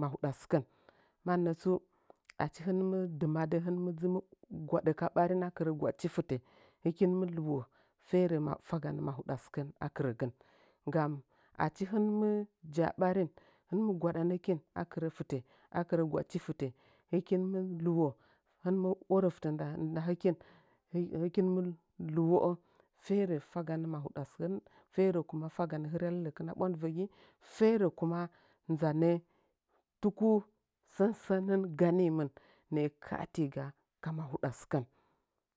mahuɗa sɨkəu mannə tsu achi hɨn mɨ dɨmadɨ hɨn mɨdzu gwaɗo ka ɓarin akɨrə gwaɗchi fɨtə kɨkin mɨ luwo fere ma fagand mahuɗa sɨkən aktirəgən gam achi hɨn mɨ ja'a ɓarin hɨn mɨ gwaɗa nəkin akɨro gwaɗchi fita hɨkim mɨ luwohɨre ɨ orə fitə ndakin lɨkin hɨkin mɨ inwoolo fere faga nə mahuda sɨkon fere. Kuma lagal hiryalləkɨn a bwandɨvagi fere kuma nzanə tuku sən sənən ganimin nəə katiga ka mahaɗa sɨkam